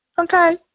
Okay